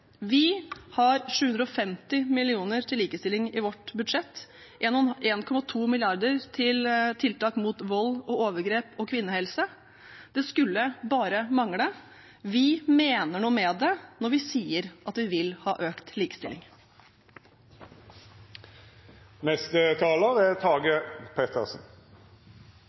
Vi har 750 mill. kr til likestilling i vårt budsjett og 1,2 mrd. kr til tiltak mot vold og overgrep og kvinnehelse. Det skulle bare mangle. Vi mener noe med det når vi sier at vi vil ha økt likestilling.